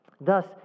Thus